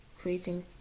creating